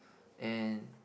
and